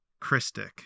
Christic